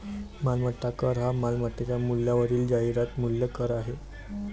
मालमत्ता कर हा मालमत्तेच्या मूल्यावरील जाहिरात मूल्य कर आहे